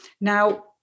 Now